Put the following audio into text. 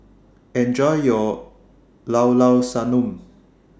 Enjoy your Llao Llao Sanum